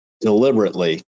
deliberately